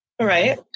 Right